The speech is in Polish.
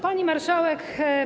Pani Marszałek!